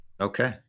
Okay